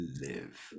live